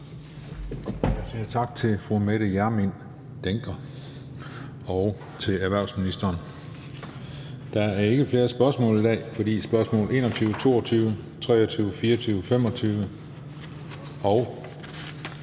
Jeg siger tak til fru Mette Hjermind Dencker og til erhvervsministeren. Der er ikke flere spørgsmål i dag, da spørgsmål 21, 22, 23, 24 og